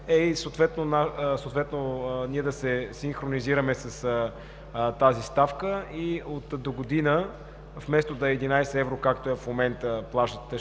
е ние да се синхронизираме с тази ставка и от догодина, вместо да е 11 евро, както в момента плащат